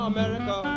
America